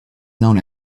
known